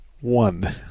One